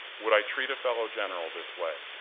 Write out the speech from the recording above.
would i treat a fellow general this way?